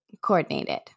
coordinated